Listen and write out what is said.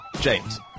James